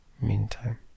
meantime